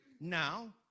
Now